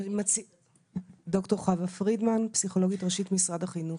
אני פסיכולוגית ראשית במשרד החינוך.